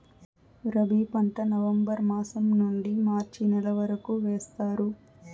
రబీ పంట నవంబర్ మాసం నుండీ మార్చి నెల వరకు వేస్తారు